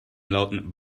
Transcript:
lauten